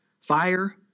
fire